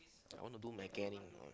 I want to do mechanic